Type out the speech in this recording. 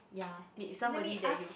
ya meet somebody that you